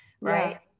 right